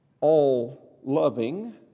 all-loving